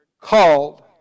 called